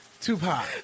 Tupac